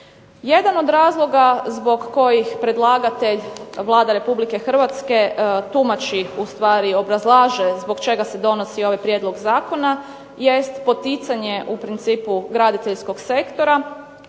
Jedan od razloga zbog kojih predlagatelj Vlada Republike Hrvatske tumači, ustvari obrazlaže zbog čega se donosi ovaj prijedlog zakona, jest poticanje u principu graditeljskog sektora